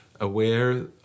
aware